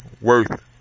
worth